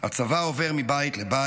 הצבא עובר מבית לבית.